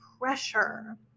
pressure